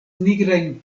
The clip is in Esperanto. nigrajn